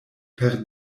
per